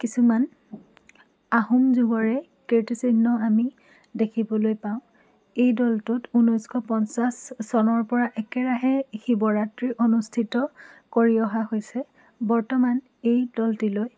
কিছুমান আহোম যুগৰে কৃৰ্তিচিহ্ন আমি দেখিবলৈ পাওঁ এই দৌলটোত ঊনৈছশ পঞ্চাছ চনৰপৰা একেৰাহে শিৱৰাত্ৰী অনুষ্ঠিত কৰি অহা হৈছে বৰ্তমান এই দৌলটিলৈ